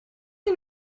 une